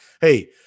hey